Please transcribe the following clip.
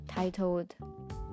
Titled